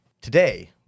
Today